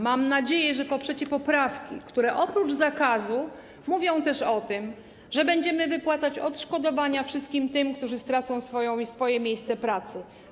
Mam nadzieję, że poprzecie poprawki, które oprócz zakazu mówią też o tym, że będziemy wypłacać odszkodowania wszystkim tym, którzy stracą swoje miejsce pracy.